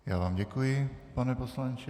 Já vám děkuji, pane poslanče.